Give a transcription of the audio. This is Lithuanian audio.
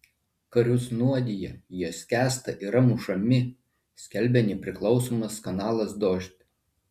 karius nuodija jie skęsta yra mušami skelbia nepriklausomas kanalas dožd